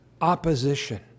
opposition